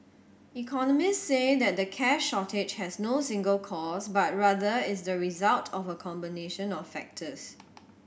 economists say that the cash shortage has no single cause but rather is the result of a combination of factors